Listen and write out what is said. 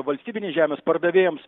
valstybinės žemės pardavėjams